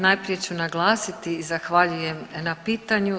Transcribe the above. Najprije ću naglasiti zahvaljujem na pitanju.